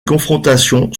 confrontations